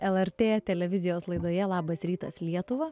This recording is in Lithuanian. lrt televizijos laidoje labas rytas lietuva